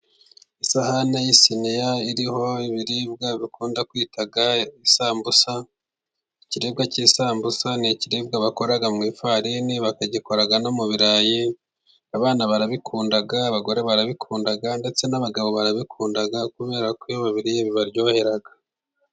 Isahani y'isiniya， iriho ibiribwa bakunda kwita isambusa， ikiribwa k'isambusa， ni ikiribwa bakora mu ifarini，bakagikora no mu birayi，abana barabikunda，abagore barabikunda， ndetse n'abagabo barabikunda， kubera ko iyo babiriye bibaryohera.